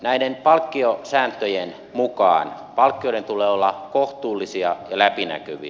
näiden palkkiosääntöjen mukaan palkkioiden tulee olla kohtuullisia ja läpinäkyviä